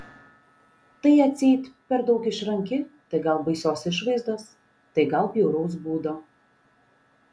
tai atseit per daug išranki tai gal baisios išvaizdos tai gal bjauraus būdo